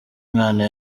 mwana